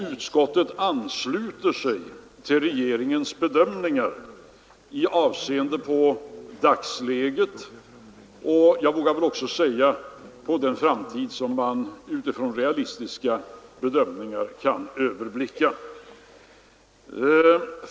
Utskottet ansluter sig till regeringens bedömningar med avseende på dagsläget, och jag vågar väl också säga med avseende på den framtid som man med realistiska bedömningar kan överblicka.